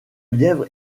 lièvre